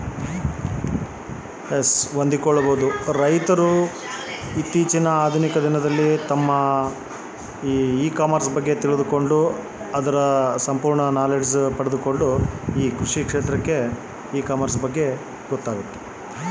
E commerce ಕೃಷಿ ಕ್ಷೇತ್ರಕ್ಕೆ ಹೊಂದಿಕೊಳ್ತೈತಾ?